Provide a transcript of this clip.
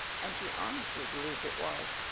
and she honestly believed it was.